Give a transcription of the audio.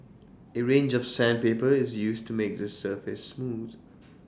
A range of sandpaper is used to make the surface smooth